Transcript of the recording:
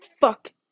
fuck